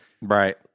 Right